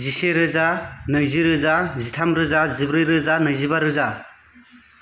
जिसे रोजा नैरोजा जिथाम रोजा जिब्रै रोजा नैजिबा रोजा